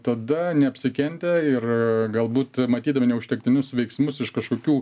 tada neapsikentę ir galbūt matydami neužtektinius veiksmus iš kažkokių